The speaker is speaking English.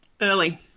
Early